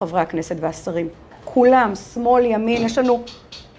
חברי הכנסת והשרים, כולם, שמאל, ימין, יש לנו